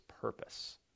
purpose